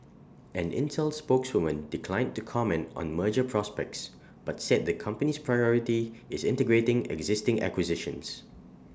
an Intel spokeswoman declined to comment on merger prospects but said the company's priority is integrating existing acquisitions